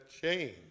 change